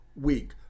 week